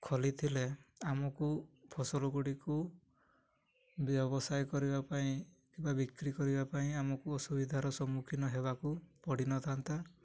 ଖୋଲିଥିଲେ ଆମକୁ ଫସଲ ଗୁଡ଼ିକୁ ବ୍ୟବସାୟ କରିବା ପାଇଁ କିମ୍ବା ବିକ୍ରି କରିବା ପାଇଁ ଆମକୁ ଅସୁବିଧାର ସମ୍ମୁଖୀନ ହେବାକୁ ପଡ଼ିନଥାନ୍ତା